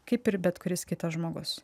kaip ir bet kuris kitas žmogus